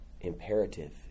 imperative